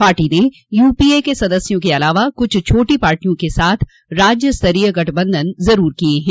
party ने UPA के सदस्यों के अलावा कुछ छोटी पार्टियों के साथ राज्य स्तरीय गठबंधन किया है